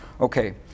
okay